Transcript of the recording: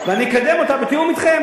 ואני אקדם אותה בתיאום אתכם.